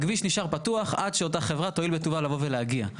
הכביש נשאר פתוח עד שאותה חברה תואיל בטובה לבוא ולהגיע.